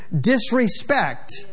disrespect